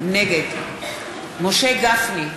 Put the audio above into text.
נגד משה גפני,